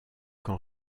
qu’en